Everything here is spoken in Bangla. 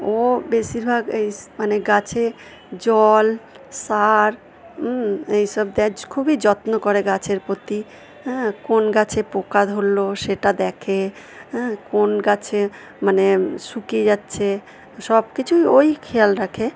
ও বেশির ভাগ এইস মানে গাছে জল সার হু এই সব দেয় খুবই যত্ন করে গাছের প্রতি হ্যাঁ কোন গাছে পোকা ধরলো সেটা দেখে হ্যাঁ কোন গাছে মানে শুকিয়ে যাচ্ছে সব কিছুই ওই খেয়াল রাখে